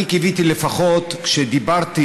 אני קיוויתי לפחות, כשדיברתי